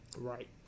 Right